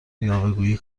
یاوهگویی